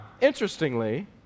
interestingly